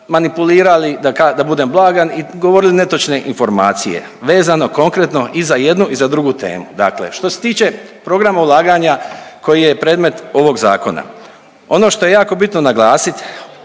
manipulirali, da budem blagan i govorili netočne informacije, vezano konkretno i za jednu i za drugu temu. Dakle, što se tiče programa ulaganja koji je predmet ovoga zakona. Ono što je jako bitno naglasit